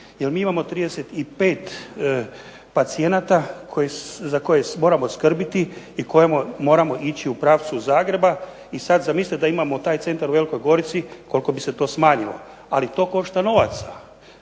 jer mi imao 35 pacijenata za koje moramo skrbiti i koje moramo ići u pravcu Zagreba. I sad zamislite da imamo taj centar u Velikoj Gorici koliko bi se to smanjilo. Ali to Košta novaca